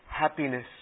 happiness